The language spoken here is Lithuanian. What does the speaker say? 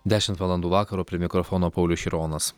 dešimt valandų vakaro prie mikrofono paulius šironas